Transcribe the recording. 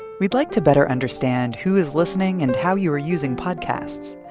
we'd like to better understand who is listening and how you are using podcasts.